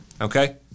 Okay